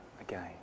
again